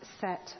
set